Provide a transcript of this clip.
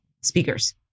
speakers